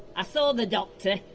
i saw the doctor.